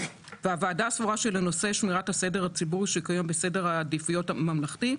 והוועדה סבורה שלנושא שמירת הסדר הציבורי שקיים בסדר העדיפויות הממלכתי,